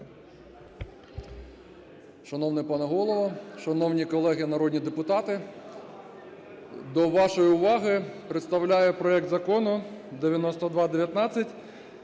Шановний пане Голово, шановні колеги народні депутати! До вашої уваги представляю проект Закону 9219